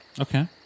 Okay